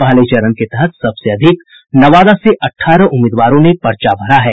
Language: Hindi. पहले चरण के तहत सबसे अधिक नवादा से अठारह उम्मीदवारों ने पर्चा भरा है